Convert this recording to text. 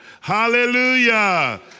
Hallelujah